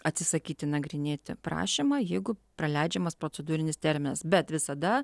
atsisakyti nagrinėti prašymą jeigu praleidžiamas procedūrinis terminas bet visada